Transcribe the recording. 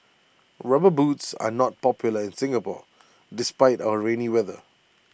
rubber boots are not popular in Singapore despite our rainy weather